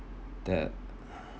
that